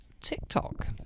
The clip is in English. TikTok